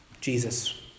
Jesus